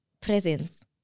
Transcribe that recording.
presence